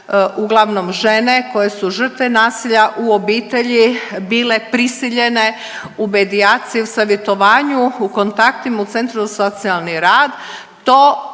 uglavnom žene koje su žrtve nasilja u obitelji bile prisiljene u medijaciji, u savjetovanju, u kontaktima, u Centru za socijalni rad